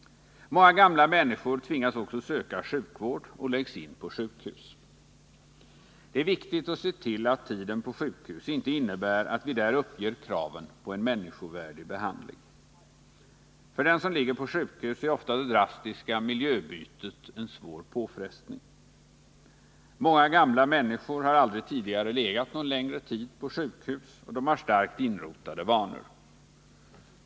Många äldre människor tvingas också söka sjukvård och läggs in på sjukhus. Det är viktigt att se till att kraven på en människovärdig behandling under sjukhustiden upprätthålls. För den som ligger på sjukhus är ofta det drastiska miljöbytet en svår påfrestning. Många gamla människor har aldrig tidigare legat någon längre tid på sjukhus, och de har starkt inrotade vanor.